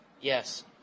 Yes